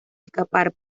escapar